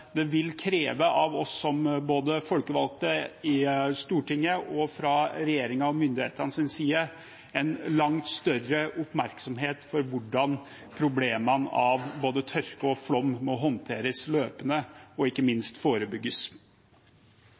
det vil kreve av oss som folkevalgte i Stortinget og fra regjeringen og myndighetenes side en langt større oppmerksomhet om hvordan problemene av både tørke og flom må håndteres løpende og ikke minst forebygges.